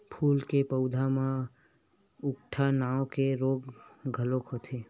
फूल के पउधा म उकठा नांव के रोग घलो होथे